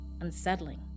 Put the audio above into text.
unsettling